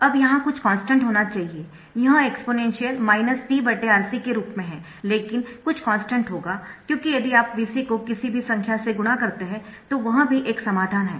अब यहाँ कुछ कॉन्स्टन्ट होना चाहिए यह एक्सपोनेंशियल t RC के रूप में है लेकिन कुछ कॉन्स्टन्ट होगा क्योंकि यदि आप Vc को किसी भी संख्या से गुणा करते है तो वह भी एक समाधान है